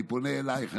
אני פונה אלייך,